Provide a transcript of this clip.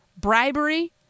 Bribery